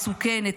מסוכנת,